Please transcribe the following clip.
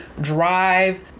drive